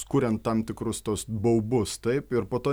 kuriant tam tikrus tuos baubus taip ir po to